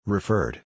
Referred